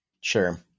Sure